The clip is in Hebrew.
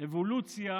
אבולוציה